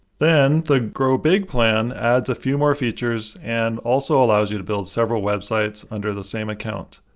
then the growbig plan adds a few more features and also allows you to build several websites under the same account.